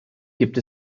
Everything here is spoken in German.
gibt